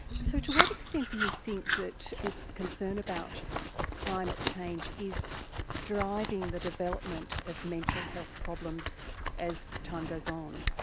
so to what extent do you think that this concern about climate change is driving the development of mental health problems as time goes on?